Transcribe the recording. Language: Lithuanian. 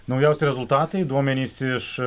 naujausi rezultatai duomenys iš